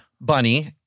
Bunny